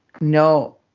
no